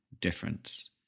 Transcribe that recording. difference